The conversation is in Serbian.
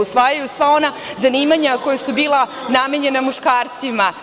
Usvajaju sva ona zanimanja koja su bila namenjena muškarcima.